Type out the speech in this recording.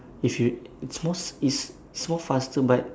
if you it's more is more faster but